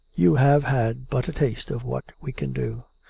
you have had but a taste of what we can do.